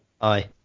Aye